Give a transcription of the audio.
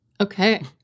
Okay